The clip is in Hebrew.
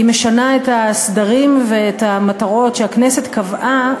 היא משנה את הסדרים ואת המטרות שהכנסת קבעה